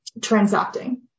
transacting